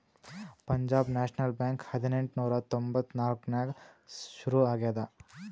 Punjab National Bank ಹದಿನೆಂಟ್ ನೂರಾ ತೊಂಬತ್ತ್ ನಾಕ್ನಾಗ್ ಸುರು ಆಗ್ಯಾದ